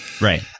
Right